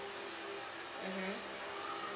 mmhmm